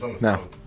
No